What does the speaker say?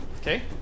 Okay